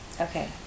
Okay